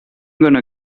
gonna